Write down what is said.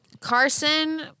Carson